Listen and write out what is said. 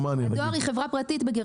בגרמניה הדואר היא חברה פרטית.